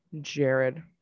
Jared